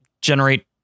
Generate